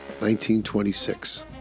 1926